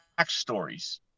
backstories